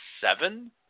seven